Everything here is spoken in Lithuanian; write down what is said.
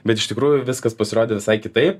bet iš tikrųjų viskas pasirodė visai kitaip